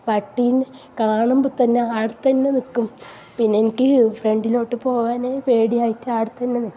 പട്ടിനെ കാണുമ്പോൾ തന്നെ ആടെ തന്നെ നിൽക്കും പിന്നെ എനിക്ക് ഫ്രണ്ടിലോട്ട് പോകാനെ പേടിയായിട്ട് ആടെ തന്നെ നിൽക്കും